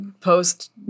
post